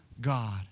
God